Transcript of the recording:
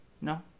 No